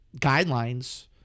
guidelines